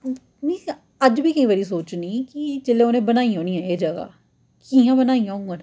मी अज्ज बी केईं बारी सोचनी कि जेल्लै उ'नें बनाइयां होनियां एह् जगहां कि'यां बनाइयां होङन